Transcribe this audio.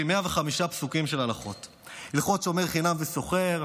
105 פסוקים של הלכות הלכות שומר חינם ושוכר,